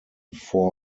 four